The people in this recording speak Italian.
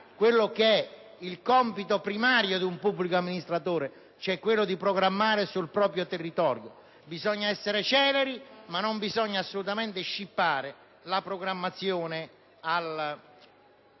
superare il compito primario di un pubblico amministratore, cioè quello di programmare sul proprio territorio: bisogna essere celeri, ma non si deve assolutamente scippare la programmazione agli eletti